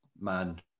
man